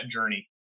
journey